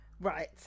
right